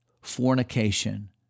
fornication